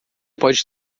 pode